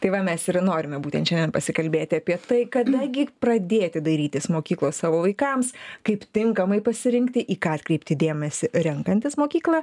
tai va mes ir norime būtent šiandien pasikalbėti apie tai kada gi pradėti dairytis mokyklos savo vaikams kaip tinkamai pasirinkti į ką atkreipti dėmesį renkantis mokyklą